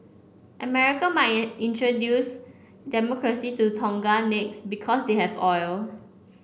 America might in introduce Democracy to Tonga next because they have oil